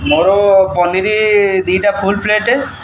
ମୋର ପନିର୍ ଦୁଇଟା full plate